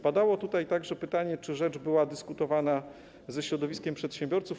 Padało tutaj także pytanie, czy rzecz była dyskutowana ze środowiskiem przedsiębiorców.